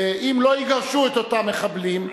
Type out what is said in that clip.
ואם לא יגרשו את אותם מחבלים,